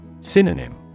Synonym